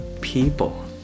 people